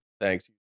Thanks